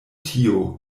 tio